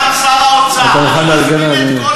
אדוני סגן שר האוצר, אתה מוכן להגן עלי, אדוני?